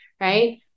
Right